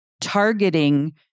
targeting